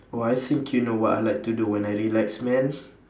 oh I think you know what I like to do when I relax man